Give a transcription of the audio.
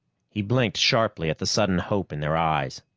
he blinked sharply at the sudden hope in their eyes.